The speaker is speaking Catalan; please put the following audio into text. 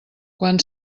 quan